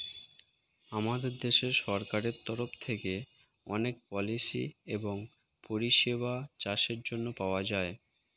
আমাদের দেশের সরকারের তরফ থেকে অনেক পলিসি এবং পরিষেবা চাষের জন্যে পাওয়া যায়